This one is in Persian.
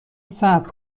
صبر